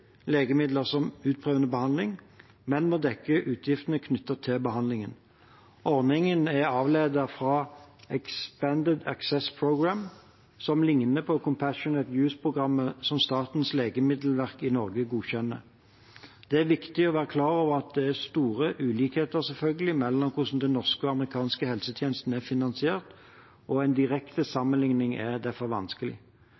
legemidler som utprøvende behandling, men må dekke utgiftene knyttet til behandlingen. Ordningen er avledet fra «Expanded Access Program», som ligner «compassionate use»-programmet som Statens legemiddelverk i Norge godkjenner. Det er viktig å være klar over at det selvfølgelig er store ulikheter mellom hvordan den norske og amerikanske helsetjenesten er finansiert, og en direkte